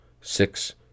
Six